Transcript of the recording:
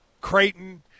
Creighton